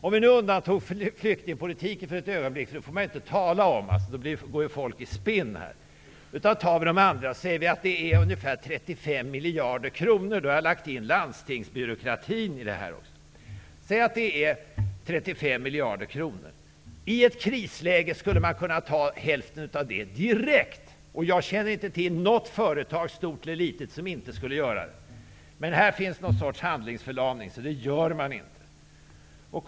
Om man undantar flyktingpolitiken -- den får man ju inte tala om, för då går folk här i spinn -- är det fråga om ungefär 35 miljarder kronor. Då har jag i stället lagt till landstingsbyråkratin. Säg att det är 35 miljarder kronor. I ett krisläge skulle man direkt kunna minska det till hälften. Jag känner inte till något företag, stort eller litet, som inte skulle göra det. Men det finns någon sorts handlingsförlamning, därför gör man inte så.